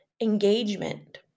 engagement